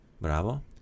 Bravo